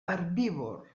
herbívor